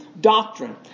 doctrine